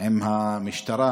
עם המשטרה.